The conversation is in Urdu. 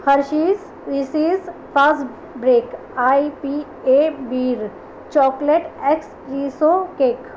Hershey's Reese's fast break I P A beer chocolate X Reese cake